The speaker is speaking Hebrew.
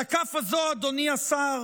על הכף הזאת, אדוני השר,